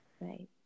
right